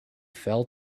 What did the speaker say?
fell